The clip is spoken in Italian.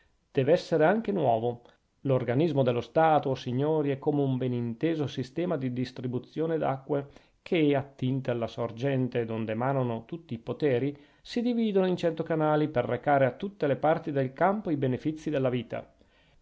dev'essere anche nuovo l'organismo dello stato o signori è come un ben inteso sistema di distribuzione d'acque che attinte alla sorgente donde emanano tutti i poteri si dividono in cento canali per recare a tutte le parti del campo i benefizi della vita